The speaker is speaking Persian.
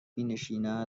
مینشیند